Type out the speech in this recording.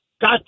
got